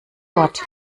wort